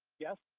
yes,